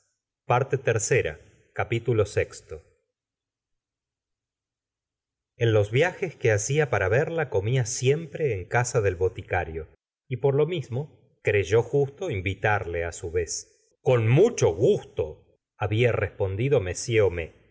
en los viajes que hacia para verla comia siempre en casa del boticario y por lo mismo creyó justo invitarle á su vez con mucho gusto habia respondidl